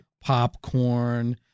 Popcorn